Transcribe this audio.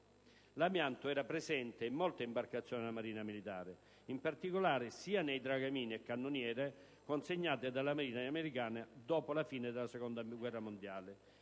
L'amianto era presente in molte imbarcazioni della Marina militare, in particolare sia nei dragamine e cannoniere consegnate dalla Marina americana dopo la fine della seconda guerra mondiale